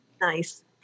Nice